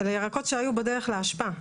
אלה ירקות שהיו בדרך לאשפה.